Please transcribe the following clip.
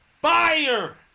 Fire